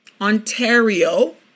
Ontario